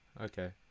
Okay